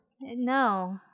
No